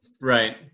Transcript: right